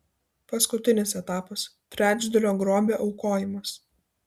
paskutinis etapas trečdalio grobio aukojimas